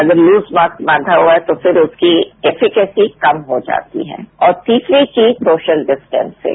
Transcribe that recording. अगर loose mask बांधा हुआ है तो फिर उसकी कैपिसिटी कम हो जाती है और तीसरी चीज सोशल डिस्टेंसिंग